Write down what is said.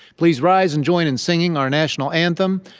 please rise and join in singing our national anthem,